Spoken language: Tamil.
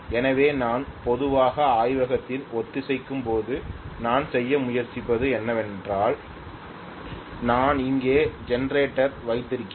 எனவே நான் பொதுவாக ஆய்வகத்தில் ஒத்திசைக்கும்போது நாம் செய்ய முயற்சிப்பதஎன்னவென்றால் நான் இங்கே ஜெனரேட்டரை வைத்திருக்கிறேன்